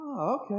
okay